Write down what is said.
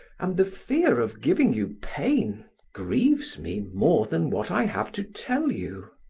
and the fear of giving you pain grieves me more than what i have to tell you.